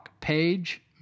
Page